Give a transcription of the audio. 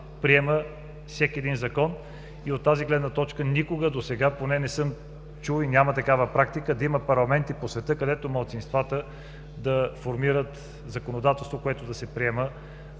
приема всеки един закон. От тази гледна точка никога досега, поне не съм чул, няма такава практика – да има парламенти по света, където малцинствата да формират законодателство, което да се приема